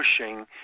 pushing